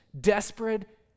desperate